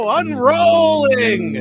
unrolling